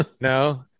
no